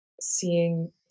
seeing